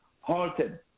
halted